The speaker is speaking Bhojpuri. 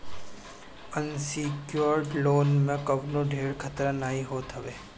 अनसिक्योर्ड लोन में कवनो ढेर खतरा नाइ होत हवे